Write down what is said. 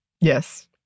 Yes